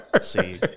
See